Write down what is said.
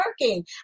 working